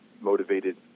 motivated